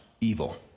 evil